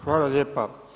Hvala lijepa.